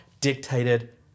dictated